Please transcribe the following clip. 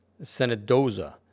Senadoza